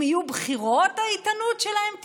אם יהיו בחירות האיתנות שלהם תיפגע?